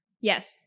Yes